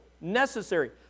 necessary